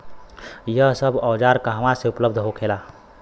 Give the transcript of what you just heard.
यह सब औजार कहवा से उपलब्ध होखेला?